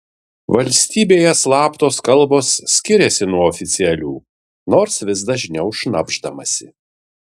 valstybėje slaptos kalbos skiriasi nuo oficialių nors vis dažniau šnabždamasi